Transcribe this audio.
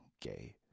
gay